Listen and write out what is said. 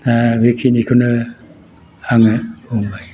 दा बेखिनिखौनो आङो बुंबाय